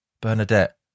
Bernadette